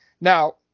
Now